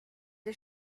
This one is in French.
des